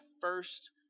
first